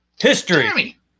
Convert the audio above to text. history